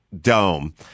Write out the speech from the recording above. dome